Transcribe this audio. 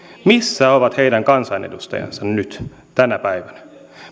missä ovat heidän kansanedustajansa nyt tänä päivänä